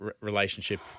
relationship